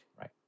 Right